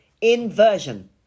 inversion